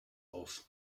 auf